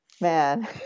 man